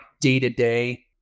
day-to-day